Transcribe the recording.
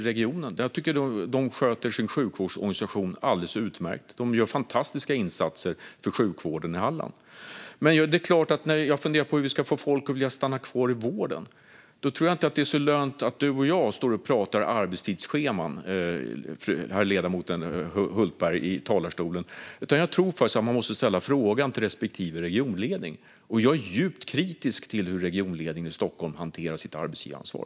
Den leds av moderater, sköts utmärkt och gör fantastiska insatser för sjukvården i Halland. Men när det handlar om hur vi ska få folk att stanna kvar i vården är det nog inte så lönt att ledamoten Hultberg och jag står här och talar om arbetstidsscheman, utan jag tror att man måste ställa frågan till respektive regionledning - och jag är djupt kritisk till hur regionledningen i Stockholm hanterar sitt arbetsgivaransvar.